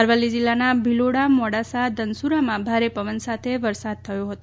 અરવલ્લી જિલ્લાના ભિલોડા મોડાસા ધનસુરામાં ભારે પવન સાથે ભારે વરસાદ થયો હતો